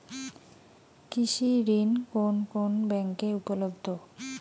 কৃষি ঋণ কোন কোন ব্যাংকে উপলব্ধ?